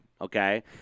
okay